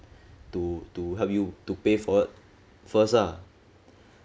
to to help you to pay for it first ah